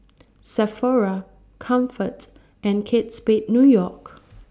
Sephora Comfort and Kate Spade New York